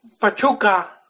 Pachuca